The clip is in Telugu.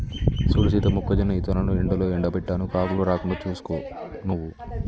సూడు సీత మొక్కజొన్న ఇత్తనాలను ఎండలో ఎండబెట్టాను కాకులు రాకుండా సూసుకో నువ్వు